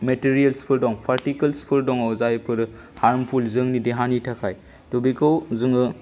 मेटेरियेल्सफोर दं पार्टिकेल्सफोर दङ जायफोर हार्मफुल जोंनि देहानि थाखाय थ' बेखौ जोङो